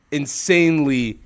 insanely